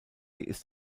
ist